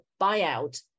buyout